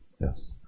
Yes